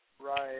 Right